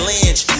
Lynch